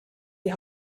die